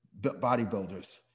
bodybuilders